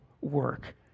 work